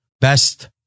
best